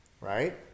Right